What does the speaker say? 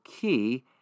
key